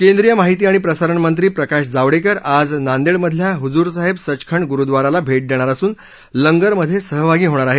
केंद्रीय माहिती आणि प्रसारणमंत्री प्रकाश जावडेकर आज नांदेडमधल्या हुजूरसाहेब सचखंड गुरुद्वाराला भेट देणार असून लंगस्मधे सहभागी होणार आहेत